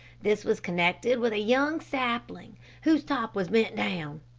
this was connected with a young sapling whose top was bent down.